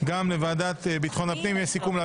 עובר לוועדת הכלכלה.